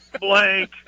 Blank